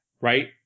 right